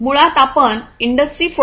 मुळात आपण इंडस्ट्री 4